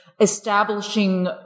establishing